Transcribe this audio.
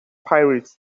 pirates